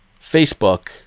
Facebook